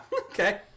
Okay